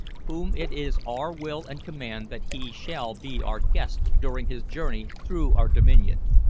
whom it is our will and command that he shall be our guest during his journey through our dominion.